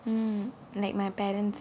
mm like my parents